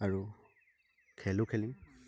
আৰু খেলো খেলিম